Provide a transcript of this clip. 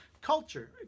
culture